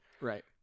Right